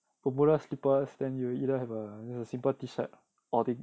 bermudas slippers then you will either have a simple T shirt or the